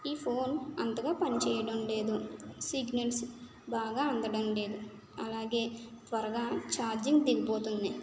ఈ ఫోన్ అంతగా పని చేయడం లేదు సిగ్నల్స్ బాగా అందడం లేదు అలాగే త్వరగా చార్జింగ్ దిగిపోతుంది